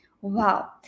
Wow